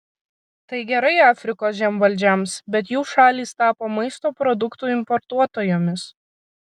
tai gerai afrikos žemvaldžiams bet jų šalys tapo maisto produktų importuotojomis